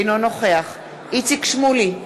אינו נוכח איציק שמולי,